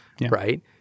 right